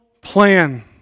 plan